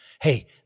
Hey